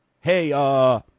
hey